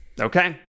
Okay